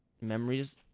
memories